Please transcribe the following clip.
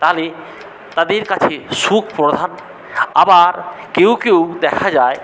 তাই তাদের কাছে সুখ প্রধান আবার কেউ কেউ দেখা যায়